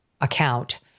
account